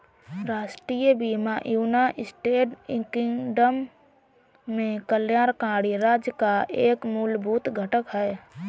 राष्ट्रीय बीमा United Kingdom में कल्याणकारी राज्य का एक मूलभूत घटक है